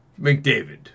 McDavid